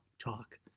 talk